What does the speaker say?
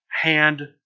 hand